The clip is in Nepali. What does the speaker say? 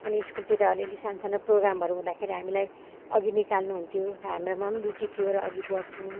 अनि स्कुलतिर अलिअलि सानो सानो प्रोग्रामहरू हुदाँखेरि हामीलाई अघि निकाल्नु हुन्थ्यो हाम्रोमा पनि रुचि थियो र अघि बढ्थ्यौँ